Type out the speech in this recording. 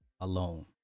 alone